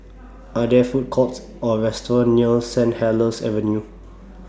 Are There Food Courts Or restaurants near Saint Helier's Avenue